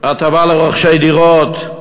הטבה לרוכשי דירות.